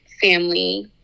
family